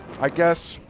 i guess,